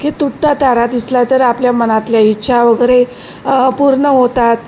की तुटता तारा दिसला तर आपल्या मनातल्या इच्छा वगैरे पूर्ण होतात